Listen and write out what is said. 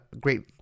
great